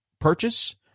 purchase